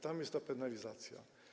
Tam jest ta penalizacja.